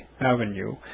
Avenue